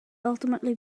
ultimately